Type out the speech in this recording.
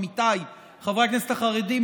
עמיתיי חברי הכנסת החרדים,